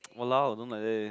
!walao! don't like that eh